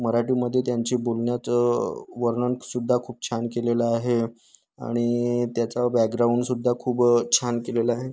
मराठीमध्ये त्यांचे बोलण्याचं वर्णनसुद्धा खूप छान केलेलं आहे आणि त्याचा बॅकग्राऊंडसुद्धा खूप छान केलेला आहे